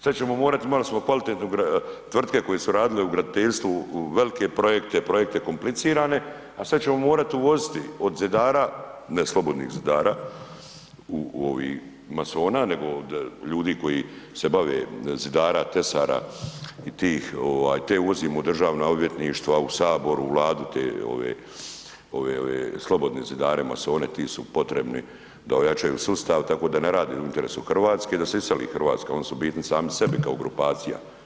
Sad ćemo morati, imali smo kvalitetnu, tvrtke koje su radile u graditeljstvu, velike projekte, projekte komplicirane, a sad ćemo morati uvoziti, od zidara, ne Slobodnih zidara u ovih, masona, nego od ljudi koji se bave, zidara, tesara i tih, te uvozimo u državna odvjetništva, u Sabor, u Vladu, te ove, ove, ove, Slobodne zidare, masone, ti su potrebni da ojačaju sustav tako da ne rade u interesu Hrvatske i da se iseli Hrvatska, oni su bitni sami sebi kao grupacija.